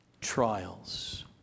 trials